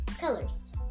colors